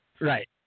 Right